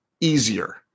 easier